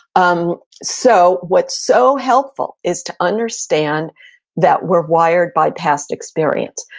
um so what's so helpful is to understand that we're wired by past experience,